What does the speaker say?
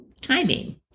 timing